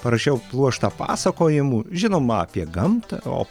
parašiau pluoštą pasakojimų žinoma apie gamtą o